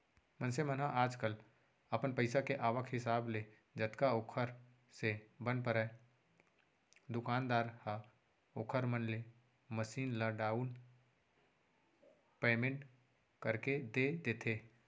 मनसे मन ह आजकल अपन पइसा के आवक हिसाब ले जतका ओखर से बन परय दुकानदार ह ओखर मन ले मसीन ल डाउन पैमेंट करके दे देथे